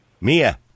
Mia